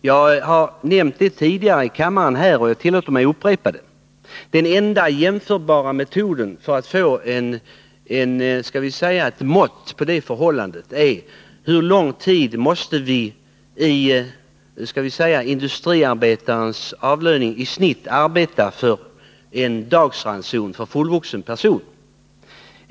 Jag har nämnt tidigare här i kammaren, och tillåter mig upprepa det, att den enda metoden för att få ett jämförbart mått på livsmedelskostnaderna är att räkna ut hur lång tid en industriarbetare i genomsnitt måste arbeta för att tjäna in kostnaderna för en dagsranson åt en fullvuxen person.